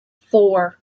four